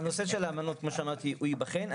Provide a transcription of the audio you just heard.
נושא האמנות ייבחן.